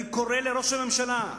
אני קורא לראש הממשלה,